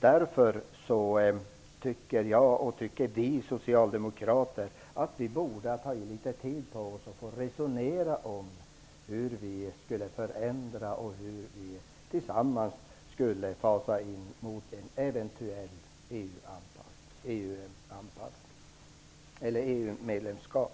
Därför tycker vi socialdemokrater att vi borde ha tagit litet tid på oss för att få resonera om hur vi skulle förändra och hur vi tillsammans skulle fasa in mot ett eventuellt EU-medlemskap.